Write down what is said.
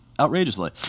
outrageously